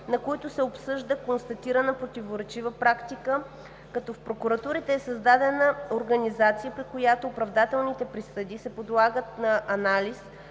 на които се обсъжда констатирана противоречива практика, като в прокуратурите е създадена организация, при която оправдателните присъди се подлагат на анализ,